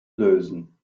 lösen